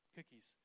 Cookies